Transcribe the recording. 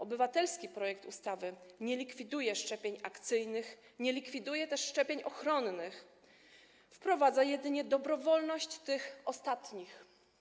Obywatelski projekt ustawy nie likwiduje szczepień akcyjnych, nie likwiduje też szczepień ochronnych, wprowadza jedynie dobrowolność tych ostatnich.